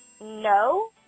No